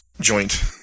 joint